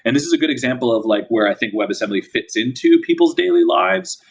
and this is a good example of like where i think webassembly fits into people's daily lives,